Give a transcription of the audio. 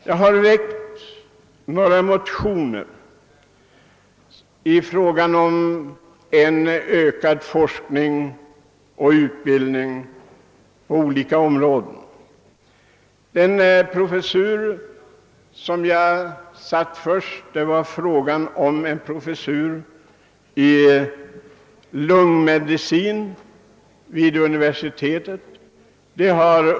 Jag har väckt några motioner med förslag om ökad forskning och utbildning på olika områden. Främst har jag satt frågan om en professur i lungmedicin vid Uppsala universitet.